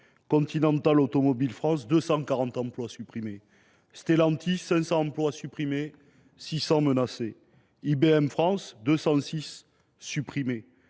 Continental Automotive France : 240 emplois supprimés ; Stellantis : 500 emplois supprimés, 600 menacés ; IBM France : 206 emplois